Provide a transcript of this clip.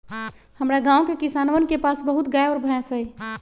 हमरा गाँव के किसानवन के पास बहुत गाय और भैंस हई